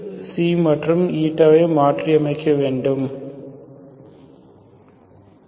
நாம் இங்கேயும் அதையே செய்கிறோம் அதனால் தான் இங்கே நாம் இதை செய்துள்ளோம்